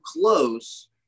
close